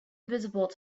visible